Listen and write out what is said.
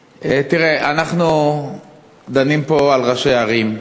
תראה, אנחנו דנים פה על ראשי ערים.